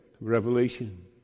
Revelation